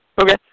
Okay